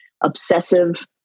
obsessive